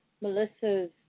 Melissa's